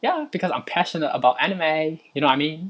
ya because I'm passionate about anime you know what I mean